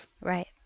Right